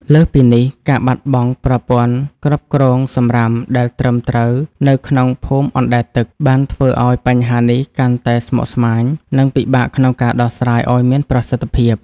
លើសពីនេះ ការបាត់បង់ប្រព័ន្ធគ្រប់គ្រងសម្រាមដែលត្រឹមត្រូវនៅក្នុងភូមិអណ្តែតទឹក បានធ្វើឱ្យបញ្ហានេះកាន់តែស្មុគស្មាញ និងពិបាកក្នុងការដោះស្រាយឱ្យមានប្រសិទ្ធភាព។